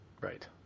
Right